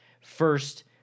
first